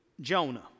Jonah